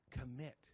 commit